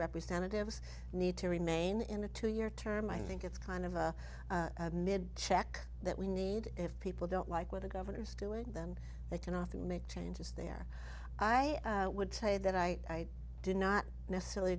representatives need to remain in a two year term i think it's kind of a mid check that we need if people don't like what the governor is doing then they can often make changes there i would say that i do not necessarily